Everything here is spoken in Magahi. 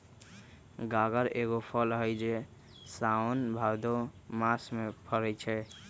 गागर एगो फल हइ जे साओन भादो मास में फरै छै